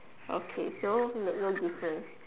okay so no difference